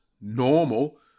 normal